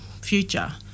future